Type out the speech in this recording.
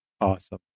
Awesome